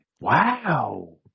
Wow